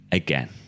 again